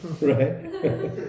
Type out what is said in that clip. Right